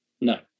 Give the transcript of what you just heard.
No